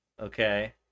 Okay